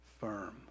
firm